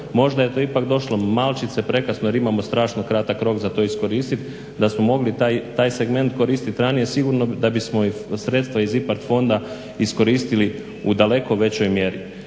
možda je to ipak došlo malčice prekasno jer imamo strašno kratak rok za to iskoristiti, da smo mogli taj segment koristiti ranije sigurno da bismo sredstva iz IPARD fonda iskoristili u daleko većoj mjeri.